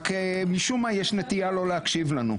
רק משום מה יש נטייה לא להקשיב לנו,